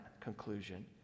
conclusion